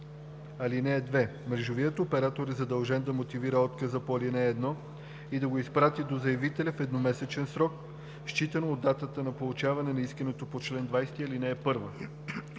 ал. 2. (2) Мрежовият оператор е длъжен да мотивира отказа по ал. 1 и да го изпрати до заявителя в едномесечен срок считано от датата на получаване на искането по чл. 20, ал. 1.